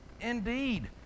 indeed